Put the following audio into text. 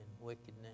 wickedness